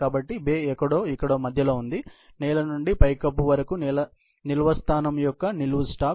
కాబట్టి బే ఎక్కడో ఇక్కడ మధ్యలో ఉంది నేల నుండి పైకప్పు వరకు నిల్వ స్థానం యొక్క నిలువు స్టాక్